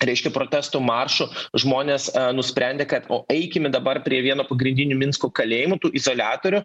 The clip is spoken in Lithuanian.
reiškia protestų maršų žmonės nusprendė kad o eikime dabar prie vieno pagrindinių minsko kalėjimų tų izoliatorių